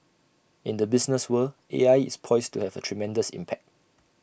in the business world A I is poised to have A tremendous impact